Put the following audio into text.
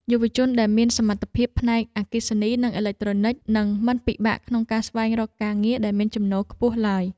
យុវជនដែលមានសមត្ថភាពផ្នែកអគ្គិសនីនិងអេឡិចត្រូនិចនឹងមិនពិបាកក្នុងការស្វែងរកការងារដែលមានចំណូលខ្ពស់ឡើយ។